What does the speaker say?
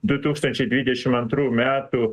du tūkstančiai dvidešim antrų metų